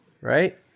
right